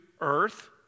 earth